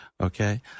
okay